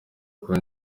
kuba